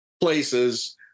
places